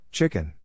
Chicken